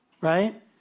right